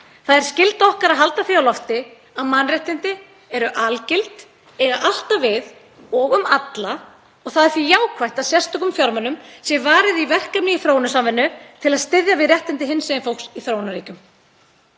Það er skylda okkar að halda því á lofti að mannréttindi eru algild, eiga alltaf við og um alla. Það er því jákvætt að sérstökum fjármunum sé varið í verkefni í þróunarsamvinnu til að styðja við réttindi hinsegin fólks í þróunarríkjum.